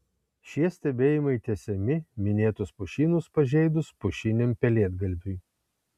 šie stebėjimai tęsiami minėtus pušynus pažeidus pušiniam pelėdgalviui